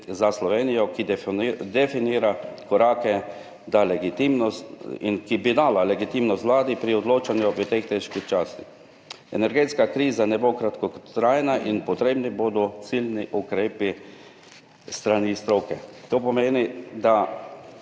strategije, ki definira korake in ki bi dala legitimnost vladi pri odločanju v teh težkih časih. Energetska kriza ne bo kratkotrajna in potrebni bodo ciljni ukrepi s strani stroke. To pomeni, da